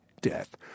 death